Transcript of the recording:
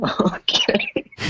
Okay